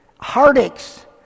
heartaches